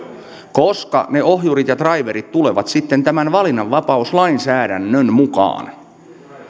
koska ne ohjurit ja draiverit tulevat sitten tämän valinnanvapauslainsäädännön mukaan